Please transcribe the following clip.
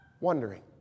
wondering